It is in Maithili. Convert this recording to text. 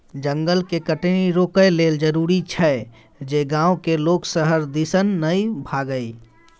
जंगल के कटनी रोकइ लेल जरूरी छै जे गांव के लोक शहर दिसन नइ भागइ